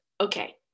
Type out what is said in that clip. Okay